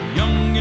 young